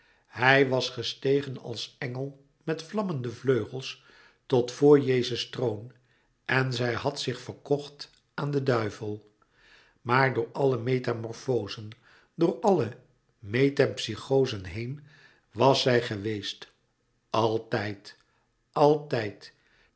zij was gestegen als engel met vlammende vleugels tot vor jezus troon en zij had zich verkocht aan den duivel maar door alle metamorfozen door alle metempsychozen heen was zij geweest altijd altijd